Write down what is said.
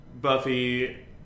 Buffy